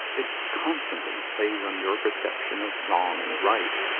it constantly plays on your perception of wrong and right.